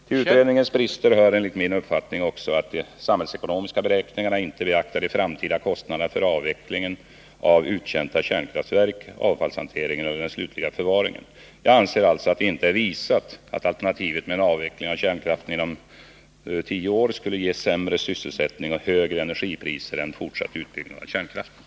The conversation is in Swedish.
Till utredningens brister hör enligt min uppfattning också att de samhällsekonomiska beräkningarna inte beaktar de framtida kostnaderna för avvecklingen av uttjänta kärnkraftverk, avfallshanteringen eller den slutliga förvaringen. Jag anser alltså att det inte är visat att alternativet med en avveckling av kärnkraften inom tio år skulle ge sämre sysselsättning och högre energipriser än fortsatt utbyggnad av kärnkraften.